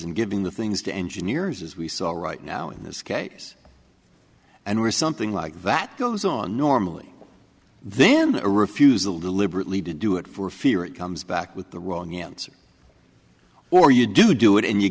and giving the things to engineers as we saw all right now in this case and we're something like that goes on normally then a refusal deliberately to do it for fear it comes back with the wrong answer or you do do it and you